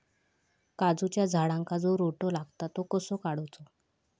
काजूच्या झाडांका जो रोटो लागता तो कसो काडुचो?